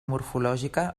morfològica